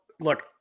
look